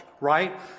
right